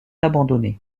abandonnée